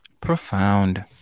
Profound